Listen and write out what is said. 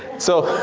so